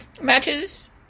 matches